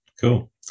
cool